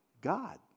God